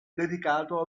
dedicato